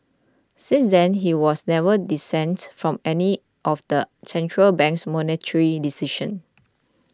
since then he has never dissented from any of the central bank's monetary decisions